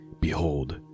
Behold